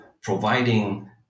providing